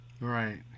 Right